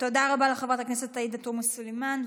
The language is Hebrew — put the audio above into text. תודה רבה לחברת הכנסת עאידה תומא סלימאן.